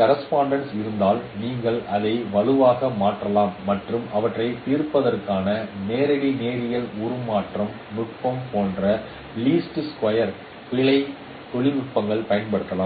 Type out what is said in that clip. correspondences இருந்தால் நீங்கள் அதை வலுவாக மாற்றலாம் மற்றும் அவற்றைத் தீர்ப்பதற்கான நேரடி நேரியல் உருமாற்ற நுட்பம் போன்ற லீஸ்ட் ஸஃவரே பிழை தொழில்நுட்பங்கள் பயன்படுத்தலாம்